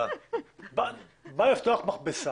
בא לפתוח מכבסה,